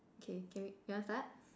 okay can we you want to start